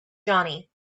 johnny